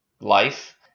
life